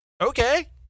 okay